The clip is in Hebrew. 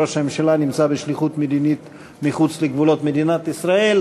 ראש הממשלה נמצא בשליחות מדינית מחוץ לגבולות מדינת ישראל,